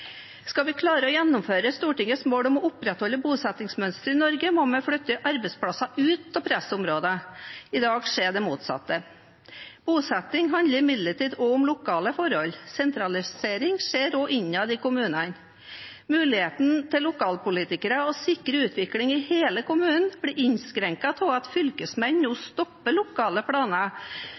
Skal vi klare å gjennomføre Stortingets mål om å opprettholde bosettingsmønsteret i Norge, må vi flytte arbeidsplasser ut av pressområdene. I dag skjer det motsatte. Bosetting handler imidlertid også om lokale forhold. Sentralisering skjer også innad i kommunene. Mulighetene lokalpolitikere har for å sikre utvikling i hele kommunen, blir innskrenket ved at fylkesmenn nå stopper lokale planer